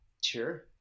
Sure